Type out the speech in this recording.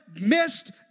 missed